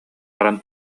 баран